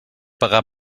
pagar